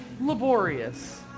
Laborious